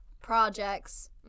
projects